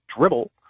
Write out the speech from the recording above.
dribble